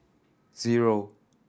zero